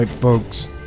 folks